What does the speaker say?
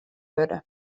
wurde